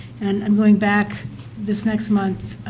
and i'm going back this next month.